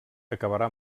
acabarà